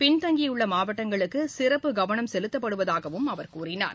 பின்தங்கியுள்ள மாவட்டங்களுக்கு சிறப்பு கவனம் செலுத்தப்படுவதாகவும் அவர் கூறினார்